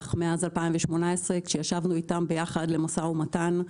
בטח מאז 2018 כשישבנו איתם למשא ומתן,